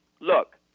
look